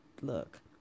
look